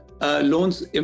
loans